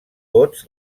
vots